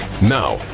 Now